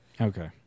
Okay